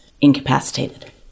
incapacitated